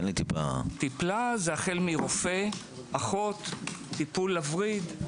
החל מרופא, אחות, טיפול לווריד.